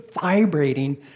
vibrating